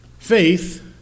Faith